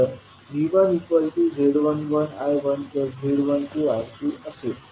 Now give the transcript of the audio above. तर V1z11I1z12I2 असेल